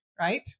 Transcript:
right